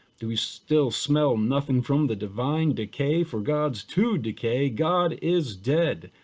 do we still smell nothing from the divine decay for god's to decay, god is dead,